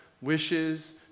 wishes